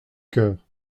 cœur